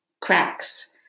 cracks